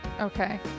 Okay